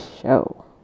show